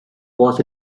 was